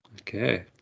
Okay